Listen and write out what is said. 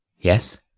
Yes